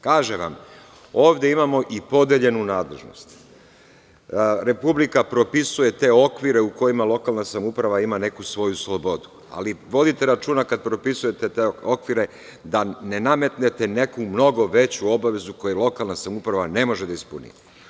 Kažem vam, ovde imamo i podeljenu nadležnost, republika propisuje te okvire u kojima lokalna samouprava ima neku svoju slobodu, ali vodite računa kada propisujete te okvire da ne nametnete neku mnogo veću obavezu koju lokalna samouprava ne može da ispuni.